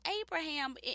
Abraham